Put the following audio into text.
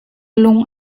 lung